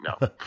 No